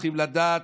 צריכים לדעת,